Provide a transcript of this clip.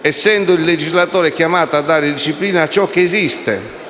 essendo il legislatore chiamato a dare una disciplina a ciò che esiste,